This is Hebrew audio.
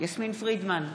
יסמין פרידמן,